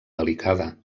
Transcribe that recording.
delicada